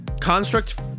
Construct